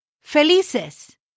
felices